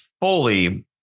fully